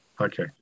Okay